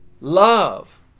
love